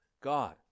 God